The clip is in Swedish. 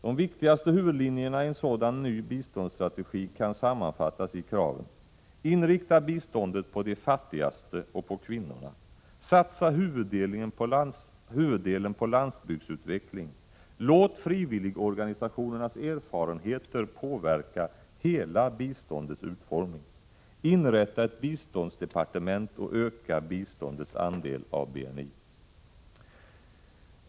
De viktigaste huvudlinjerna i en sådan ny biståndsstrategi kan sammanfattas i kraven: inrikta biståndet på de fattigaste och på kvinnorna, satsa huvuddelen på landsbygdsutveckling, låt frivilligorganisationernas erfarenheter påverka hela biståndets utformning, inrätta ett biståndsdepartement och öka biståndets andel av BNI.